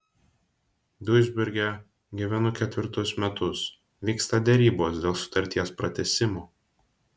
duisburge gyvenu ketvirtus metus vyksta derybos dėl sutarties pratęsimo